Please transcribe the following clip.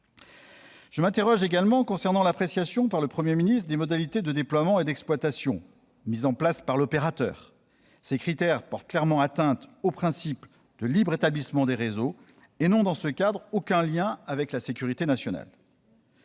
Je m'interroge également sur l'appréciation portée par le Premier ministre sur les modalités de déploiement et d'exploitation des équipements par les opérateurs. Ces critères portent clairement atteinte au principe de libre établissement des réseaux et n'ont, dans ce cadre, aucun lien avec la sécurité nationale.